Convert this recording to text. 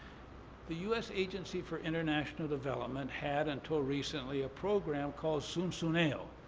the u s. agency for international development had until recently a program called zunzuneo.